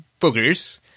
boogers